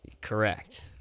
Correct